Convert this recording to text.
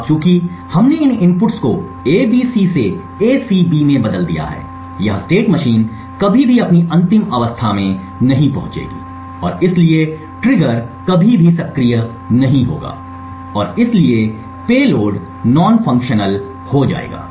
अब चूंकि हमने इन इनपुट्स को A B C से A C B में बदल दिया है यह स्टेट मशीन कभी भी अपनी अंतिम अवस्था में नहीं पहुंचेगी और इसलिए ट्रिगर कभी भी सक्रिय नहीं होगा और इसलिए पेलोड नॉन फंक्शनल होगा